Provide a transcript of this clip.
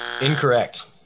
Incorrect